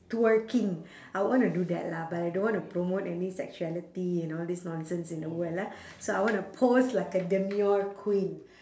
twerking I would want to do that lah but I don't want to promote any sexuality you know all this nonsense in the world ah so I want to pose like a demure queen